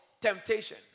temptation